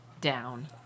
down